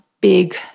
big